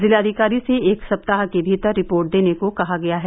जिलाधिकारी से एक सप्ताह के भीतर रिपोर्ट देने को कहा गया है